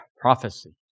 Prophecy